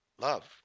Love